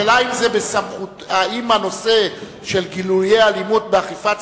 השאלה היא אם הנושא של גילויי האלימות באכיפת